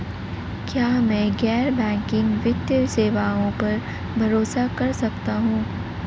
क्या मैं गैर बैंकिंग वित्तीय सेवाओं पर भरोसा कर सकता हूं?